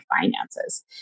finances